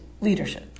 leadership